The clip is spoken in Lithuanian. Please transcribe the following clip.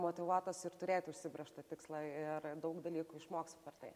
motyvuotas ir turėt užsibrėžtą tikslą ir daug dalykų išmoksiu per tai